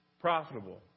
Profitable